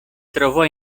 trovò